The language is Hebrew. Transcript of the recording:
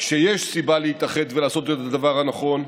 שכשיש סיבה להתאחד ולעשות את הדבר הנכון,